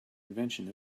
invention